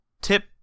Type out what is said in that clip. tip